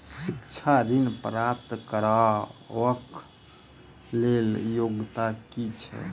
शिक्षा ऋण प्राप्त करऽ कऽ लेल योग्यता की छई?